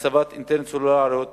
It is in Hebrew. מהצבת אנטנות סלולריות